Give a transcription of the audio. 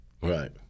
Right